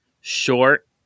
short